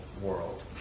world